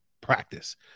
practice